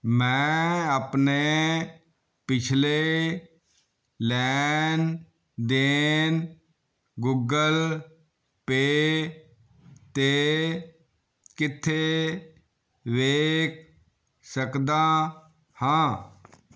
ਮੈਂ ਆਪਣੇ ਪਿਛਲੇ ਲੈਣ ਦੇਣ ਗੁੱਗਲ ਪੇ 'ਤੇ ਕਿੱਥੇ ਵੇਖ ਸਕਦਾ ਹਾਂ